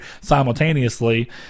simultaneously